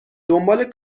دنبال